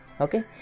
Okay